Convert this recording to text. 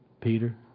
Peter